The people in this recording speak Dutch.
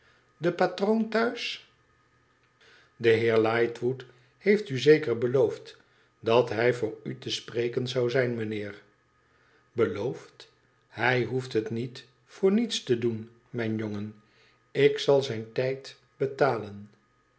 de patroon thuis de heer lightwood heeft u zeker beloofd dat hij voor u te spreken zou zijn mijnheer beloofd i hij hoeft het niet vooriets te doen mijn jongen ik zal zijn tijd betalen